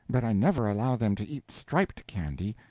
but i never allow them to eat striped candy.